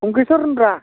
खंखेसर होनब्रा